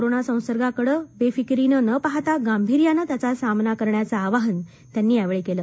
corona संसर्गाकडं बेफिकिरीनं न पाहता गांभीर्यानं त्याचा सामना करण्याचं आवाहन त्यांनी यावेळी केलं